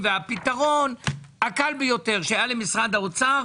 מכיוון שגם אם הוא לא יחתום על הסויה יש לנו בעיה עם החמניות,